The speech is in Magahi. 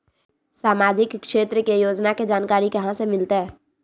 सामाजिक क्षेत्र के योजना के जानकारी कहाँ से मिलतै?